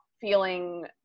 feeling